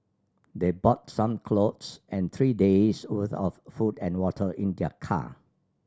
they brought some clothes and three days' worth of food and water in their car